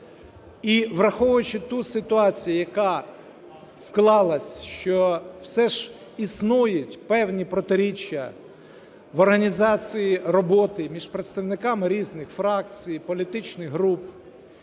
і враховуючи ту ситуацію, яка склалась, що все ж існують певні протиріччя в організації роботи між представниками різних фракцій, політичних груп,